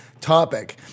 topic